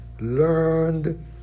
learned